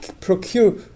procure